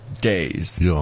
days